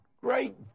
great